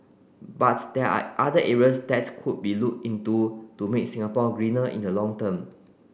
but there are other areas that could be looked into to make Singapore greener in the long term